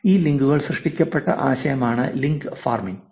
ഈ ലിങ്കുകൾ സൃഷ്ടിക്കപ്പെട്ട ആശയമാണ് ലിങ്ക് ഫാമിംഗ്